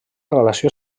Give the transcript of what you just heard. relació